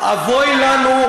אבוי לנו,